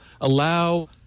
allow